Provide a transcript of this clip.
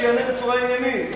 שיענה בצורה עניינית,